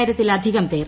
ആയിരത്തിലധികം പേർ